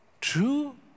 True